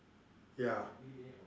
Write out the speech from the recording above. ya